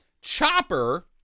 Chopper